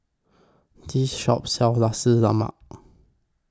This Shop sells Nasi Lemak